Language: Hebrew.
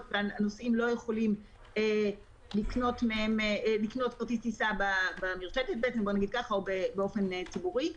והנוסעים לא יכולים לקנות כרטיס טיסה במרשתת או באופן ציבורי.